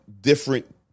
different